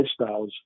lifestyles